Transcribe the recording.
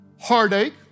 heartache